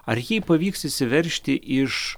ar jai pavyks išsiveržti iš